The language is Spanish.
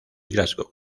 glasgow